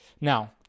Now